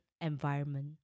environment